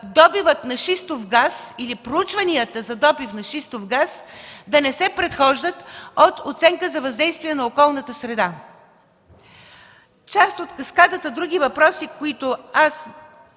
България и съгласие проучванията за добив на шистов газ да не се предхождат от оценка за въздействие на околната среда? Част от каскадата други въпроси, които аз